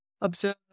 Observe